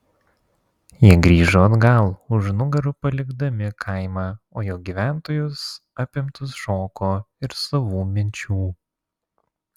jie grįžo atgal už nugarų palikdami kaimą o jo gyventojus apimtus šoko ir savų minčių